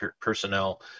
personnel